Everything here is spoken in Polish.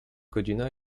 godzina